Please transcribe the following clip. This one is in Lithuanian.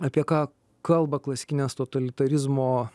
apie ką kalba klasikinės totalitarizmo